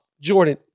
Jordan